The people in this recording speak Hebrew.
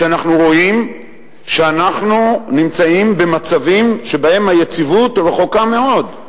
כשאנחנו רואים שאנחנו נמצאים במצבים שבהם היציבות רחוקה מאוד.